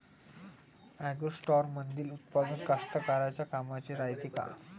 ॲग्रोस्टारमंदील उत्पादन कास्तकाराइच्या कामाचे रायते का?